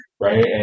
Right